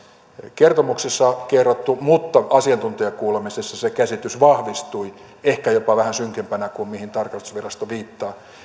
kertomuksessa kerrottu mutta asiantuntijakuulemisissa se se käsitys vahvistui ehkä jopa vähän synkempänä kuin mihin tarkastusvirasto viittaa